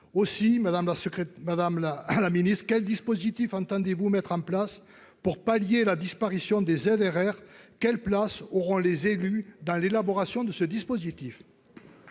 Madame la, à la ministre, quels dispositifs entendez-vous mettre en place pour pallier la disparition des ZRR, quelle place auront les élus dans l'élaboration de ce dispositif.